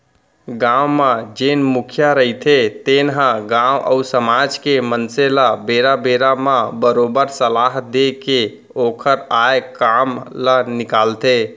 गाँव म जेन मुखिया रहिथे तेन ह गाँव अउ समाज के मनसे ल बेरा बेरा म बरोबर सलाह देय के ओखर आय काम ल निकालथे